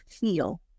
feel